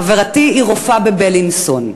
חברתי היא רופאה בבילינסון,